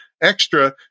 extra